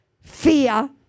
fear